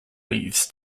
leaves